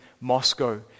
Moscow